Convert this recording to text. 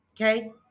Okay